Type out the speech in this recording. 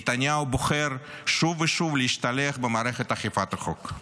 נתניהו בוחר שוב ושוב להשתלח במערכת אכיפת החוק.